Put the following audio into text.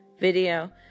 video